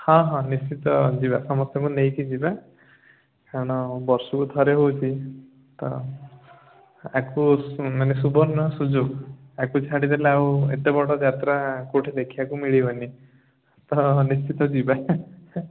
ହଁ ହଁ ନିଶ୍ଚିତ ଯିବା ସମସ୍ତଙ୍କୁ ନେଇକି ଯିବା କାରଣ ବର୍ଷକୁ ଥରେ ହେଉଛି ତ ଏହାକୁ ସୁବର୍ଣ୍ଣ ସୁଯୋଗ ଆକୁ ଛାଡ଼ିଦେଲେ ଆଉ ଏତେବଡ଼ ଯାତ୍ରା କୋଉଠି ଦେଖିବାକୁ ମିଳିବନି ତ ନିଶ୍ଚିତ ଯିବା